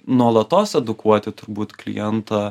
nuolatos edukuoti turbūt klientą